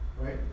Right